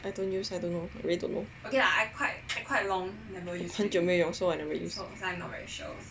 I don't use I don't know I really don't know 很久没有用 so I never use